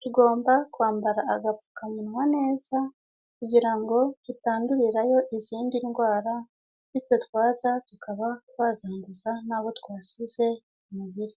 tugomba kwambara agapfukamunwa neza, kugira ngo tutandurirayo izindi ndwara, bityo twaza tukaba twazanduza n'abo twasize muhira.